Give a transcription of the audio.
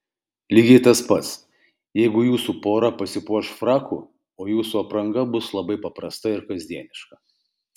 lygiai tas pats jeigu jūsų pora pasipuoš fraku o jūsų apranga bus labai paprasta ir kasdieniška